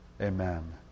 Amen